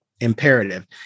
imperative